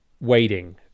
waiting